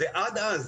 עד אז,